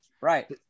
right